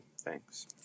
Thanks